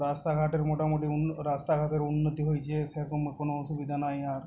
রাস্তাঘাটের মোটামুটি উন রাস্তাঘাটের উন্নতি হয়েছে সেরকম কোনও অসুবিধা নাই আর